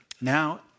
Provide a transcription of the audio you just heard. now